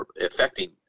affecting